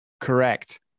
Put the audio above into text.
Correct